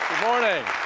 morning.